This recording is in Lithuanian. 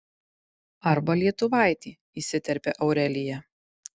arba lietuvaitį įsiterpia aurelija